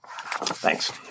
Thanks